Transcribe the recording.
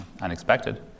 unexpected